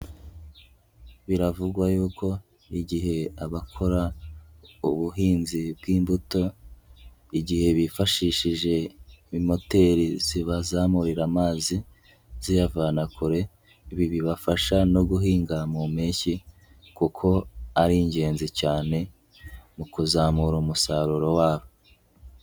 Biravugwa y'uko igihe abakora ubuhinzi bw'imbuto, igihe bifashishije imoteri zibazamurira amazi ziyavana kure, ibi bibafasha no guhinga mu mpeshyi kuko ari ingenzi cyane mu kuzamura umusaruro wabo.